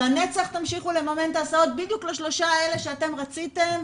הלנצח תמשיכו לממן את ההסעות בדיוק לשלושה האלה שאתם רציתם?